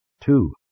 Two